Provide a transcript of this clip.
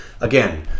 again